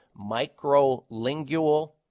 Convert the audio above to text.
microlingual